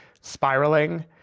spiraling